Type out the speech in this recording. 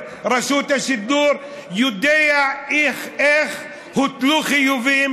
על רשות השידור יודע איך הוטלו חיובים: